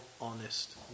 honest